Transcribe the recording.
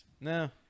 No